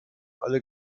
alle